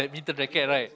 badminton racket right